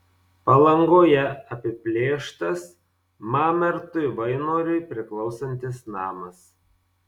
palangoje apiplėštas mamertui vainoriui priklausantis namas